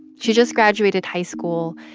she just graduated high school.